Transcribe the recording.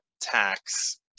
tax